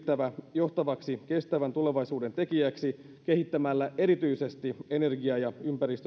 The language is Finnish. johtavaksi kestävän tulevaisuuden tekijäksi kehittämällä erityisesti energia ja ympäristöteknologian